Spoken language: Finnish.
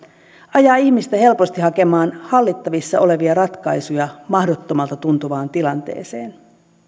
ajaa ihmistä helposti hakemaan hallittavissa olevia ratkaisuja mahdottomalta tuntuvaan tilanteeseen